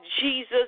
Jesus